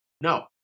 No